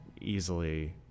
easily